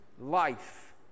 life